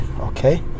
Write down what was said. okay